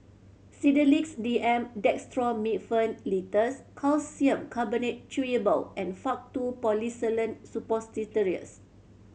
Sedilix D M Dextromethorphan Linctus Calcium Carbonate Chewable and Faktu Policresulen Suppositories